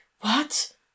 What